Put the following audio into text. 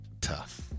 Tough